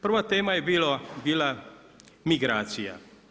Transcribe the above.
Prva tema je bila migracija.